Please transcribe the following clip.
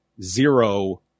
zero